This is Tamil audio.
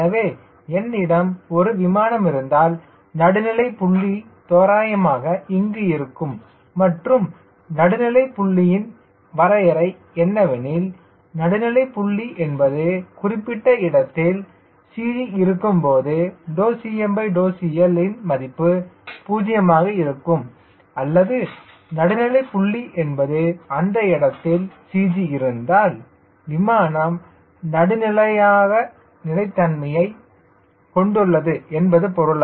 எனவே என்னிடம் ஒரு விமானம் இருந்தால் நடுநிலை புள்ளி தோராயமாக இங்கு இருக்கும் மற்றும் நடுநிலை புள்ளியின் வரையறை என்னவெனில் நடுநிலை புள்ளி என்பது குறிப்பிட்ட இடத்தில் CG இருக்கும்போது CmCL ன் மதிப்பு 0 ஆகும் அல்லது நடுநிலை புள்ளி என்பது அந்த இடத்தில் CG இருந்தால் விமானம் நடுநிலையாக நிலைத்தன்மையை கொண்டுள்ளது என்பது பொருள்